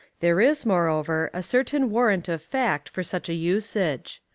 there is, moreover, a certain warrant of fact for such a usage.